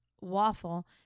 waffle